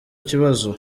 kibazo